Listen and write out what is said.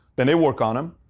then they work on him,